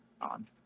on